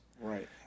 Right